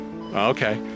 Okay